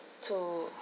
to